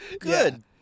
Good